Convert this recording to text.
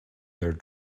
their